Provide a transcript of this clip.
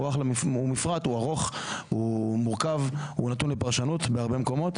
זה מפרט ארוך ומורכב ונתון לפרשנות בהרבה מקומות,